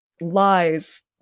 lies